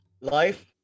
Life